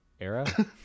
Era